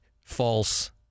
false